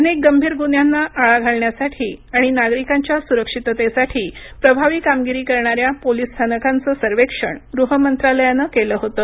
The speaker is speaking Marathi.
अनेक गंभीर गुन्ह्यांना आळा घालण्यासाठी आणि नागरिकांच्या सुरक्षिततेसाठी प्रभावी कामगिरी करणाऱ्या पोलीस स्थांनाकांचं सर्वेक्षण गृह मंत्रालयानं केलं होतं